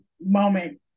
moment